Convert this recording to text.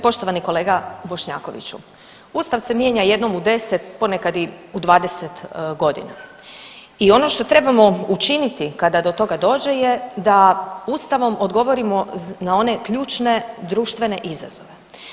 Poštovani kolega Bošnjakoviću, ustav se mijenja jednom u 10, ponekad i u 20.g. i ono što trebamo učiniti kada do toga dođe je da Ustavom odgovorimo na one ključne društvene izazove.